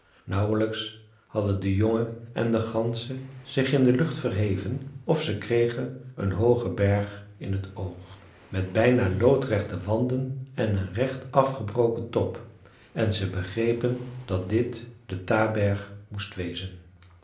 nauwlijks hadden de jongen en de ganzen zich in de lucht verheven of ze kregen een hoogen berg in t oog met bijna loodrechte wanden en een recht afgebroken top en ze begrepen dat dit de taberg moest wezen